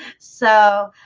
so